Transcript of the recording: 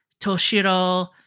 Toshiro